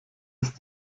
ist